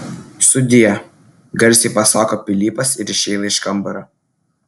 sudieu garsiai pasako pilypas ir išeina iš kambario